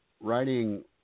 writing –